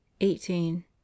eighteen